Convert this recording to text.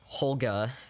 Holga